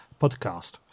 podcast